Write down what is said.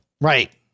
right